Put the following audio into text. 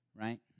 right